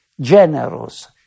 generous